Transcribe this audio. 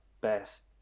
best